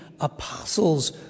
apostles